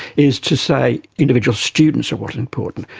is to say individual students are what's important.